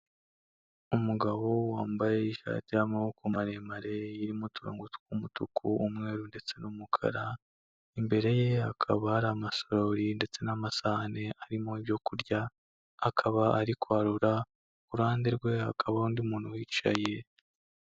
Umugabo wambaye ishati y'amaboko maremare, irimo utungu tw'umutuku umweru ndetse n'umukara, imbere ye hakaba hari amasarori ndetse n'amasahani arimo ibyo kurya, akaba ari kwarura, ku ruhande rwe hakaba undi muntu wicaye.